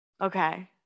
Okay